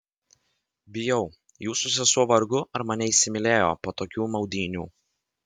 bijau jūsų sesuo vargu ar mane įsimylėjo po tokių maudynių